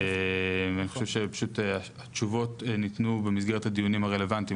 אני חושב שהתשובות פשוט ניתנו במסגרת הדיונים הרלוונטיים.